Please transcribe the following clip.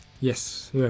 Yes